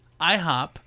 IHOP